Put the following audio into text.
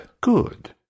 Good